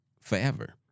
forever